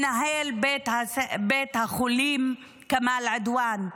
מנהל בית החולים כמאל עדואן,